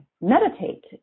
meditate